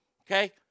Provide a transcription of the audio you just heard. okay